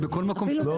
זה בכל מקום -- לא,